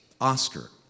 Oscar